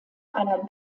einer